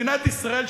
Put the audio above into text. מדינת ישראל,